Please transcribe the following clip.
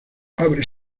abre